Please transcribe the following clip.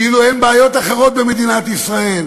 כאילו אין בעיות אחרות במדינת ישראל.